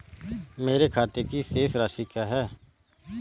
मेरे खाते की शेष राशि क्या है?